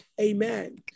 Amen